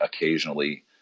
occasionally